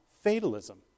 fatalism